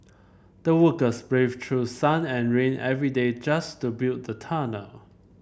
the workers brave through sun and rain every day just to build the tunnel